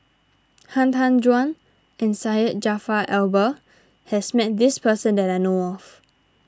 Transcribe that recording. Han Tan Juan and Syed Jaafar Albar has met this person that I know of